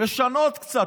לשנות קצת,